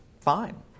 fine